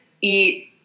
eat